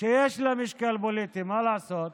שיש לה משקל פוליטי, מה לעשות.